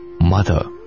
mother